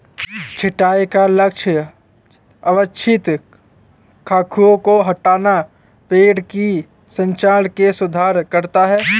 छंटाई का लक्ष्य अवांछित शाखाओं को हटाना, पेड़ की संरचना में सुधार करना है